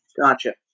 Gotcha